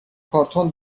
کارتون